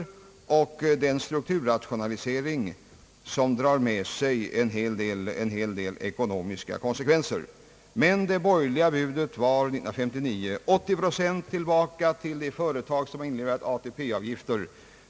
Till detta kommer den strukturrationalisering som drar med sig stora ekonomiska konsekvenser. Men det borgerliga budet var 1959: 80 procent tillbaka till samma företag som inlämnat ATP-avgifter.